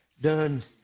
Done